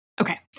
Okay